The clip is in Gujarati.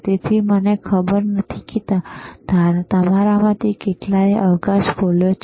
તેથી મને ખબર નથી કે તમારામાંથી કેટલાએ અવકાશ ખોલ્યો છે